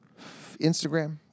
Instagram